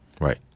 Right